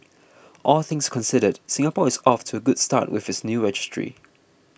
all things considered Singapore is off to a good start with its new registry